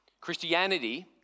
Christianity